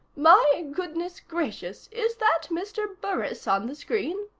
my goodness gracious. is that mr. burris on the screen?